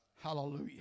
Hallelujah